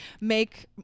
make